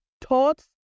thoughts